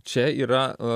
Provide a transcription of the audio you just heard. čia yra